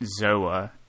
ZOA